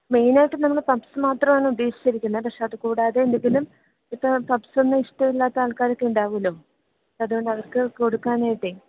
മെയിനായിട്ടും നമ്മൾ പഫ്സ് മാത്രമാണ് ഉദ്ദേശിച്ചിരിക്കുന്നത് പക്ഷെ അതു കൂടാതെ എന്തെങ്കിലും ഇപ്പം പഫ്സൊന്നും ഇഷ്ടമില്ലാത്ത ആൾകാരൊക്കെ ഉണ്ടാകുമല്ലോ അതു കൊണ്ട് അവർക്ക് കൊടുക്കാനായിട്ടെ